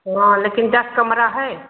हाँ लेकिन दस कमरा है